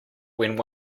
when